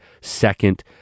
second